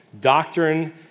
doctrine